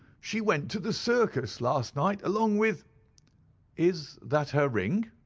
she went to the circus last night along with is that her ring?